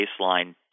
baseline